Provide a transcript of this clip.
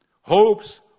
Hopes